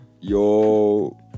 Yo